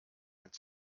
mit